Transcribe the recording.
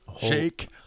Shake